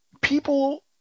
people